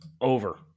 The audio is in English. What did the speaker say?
over